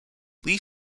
leaf